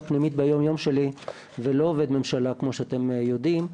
פנימית ביום-יום שלי ולא עובד ממשלה כמו שאתם יודעים,